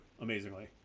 amazingly